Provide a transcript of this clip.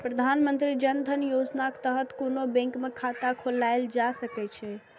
प्रधानमंत्री जन धन योजनाक तहत कोनो बैंक मे खाता खोलाएल जा सकै छै